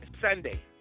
Sunday